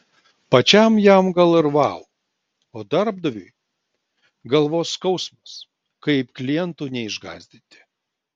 pačiam jam gal ir vau o darbdaviui galvos skausmas kaip klientų neišgąsdinti